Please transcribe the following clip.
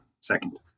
second